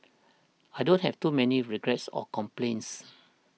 I don't have too many regrets or complaints